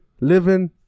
living